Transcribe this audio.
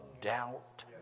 doubt